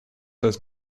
does